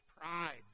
pride